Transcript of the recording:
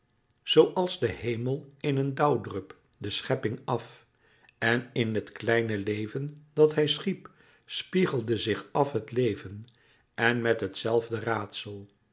zooals de hemel in een dauwdrup de schepping af en in het kleine leven dat hij schiep spiegelde zich af het leven en met het zelfde raadsel